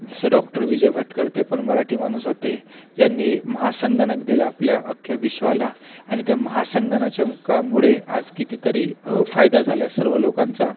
जसं डॉक्टर विजय भाटकर ते पण मराठी माणूस होते ज्यांनी महासंगणक दिला आपल्या अख्ख्या विश्वाला आणि त्या महासंगणाकाच्यामुळे आज कितीतरी फायदा झाला सर्व लोकांना